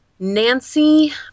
Nancy